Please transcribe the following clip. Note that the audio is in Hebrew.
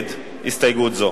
נגד הסתייגות זו.